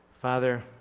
Father